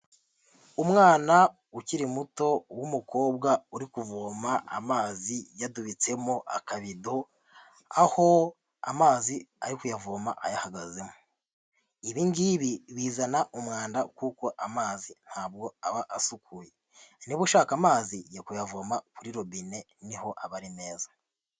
Umwana ukiri muto w'umukobwa uri kuvoma amazi yadubitsemo akabido, aho amazi ari kuyavoma ayahagazemo. Ibi ngibi bizana umwanda kuko amazi ntabwo aba asukuye. Niba ushaka amazi, jya kuyavoma kuri robine niho aba ari meza.